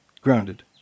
grounded